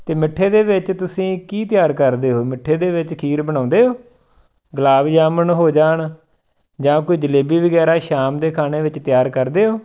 ਅਤੇ ਮਿੱਠੇ ਦੇ ਵਿੱਚ ਤੁਸੀਂ ਕੀ ਤਿਆਰ ਕਰਦੇ ਹੋ ਮਿੱਠੇ ਦੇ ਵਿੱਚ ਖੀਰ ਬਣਾਉਂਦੇ ਹੋ ਗੁਲਾਬ ਜਾਮੁਣ ਹੋ ਜਾਣ ਜਾਂ ਕੋਈ ਜਲੇਬੀ ਵਗੈਰਾ ਸ਼ਾਮ ਦੇ ਖਾਣੇ ਵਿੱਚ ਤਿਆਰ ਕਰਦੇ ਹੋ